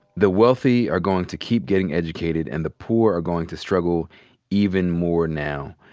the wealthy are going to keep getting educated and the poor are going to struggle even more now.